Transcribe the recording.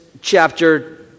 chapter